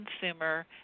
consumer